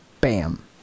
bam